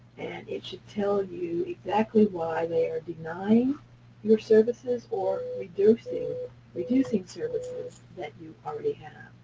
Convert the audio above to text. it should tell you exactly why they are denying your services or reducing reducing services that you already have.